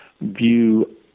view